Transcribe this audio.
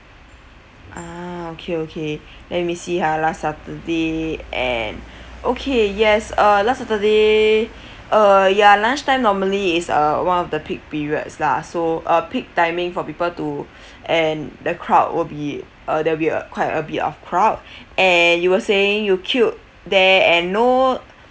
ah okay okay let me see ha last saturday and okay yes uh last saturday uh ya lunch time normally is uh one of the peak periods lah so uh peak timing for people to and the crowd will be uh there'll be quite a bit of crowd and you were saying you queued there and no